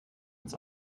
ins